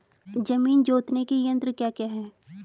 जमीन जोतने के यंत्र क्या क्या हैं?